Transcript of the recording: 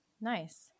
Nice